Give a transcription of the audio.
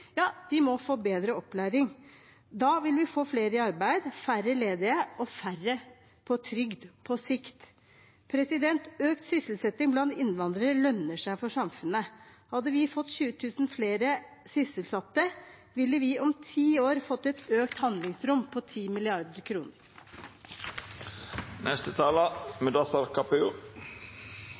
må få bedre opplæring. Da vil vi få flere i arbeid, færre ledige og færre på trygd på sikt. Økt sysselsetting blant innvandrere lønner seg for samfunnet. Hadde vi fått 20 000 flere sysselsatte, ville vi om ti år fått et økt handlingsrom på